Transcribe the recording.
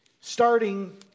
starting